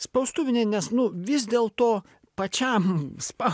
spaustuvinė nes nu vis dėlto pačiam spau